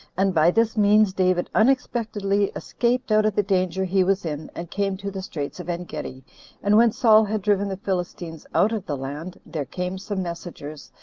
and by this means david unexpectedly escaped out of the danger he was in, and came to the straits of engedi and when saul had driven the philistines out of the land, there came some messengers,